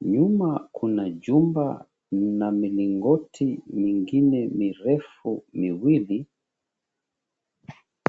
Nyuma kuna jumba na milingoti nyingine mirefu miwili.